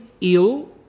ill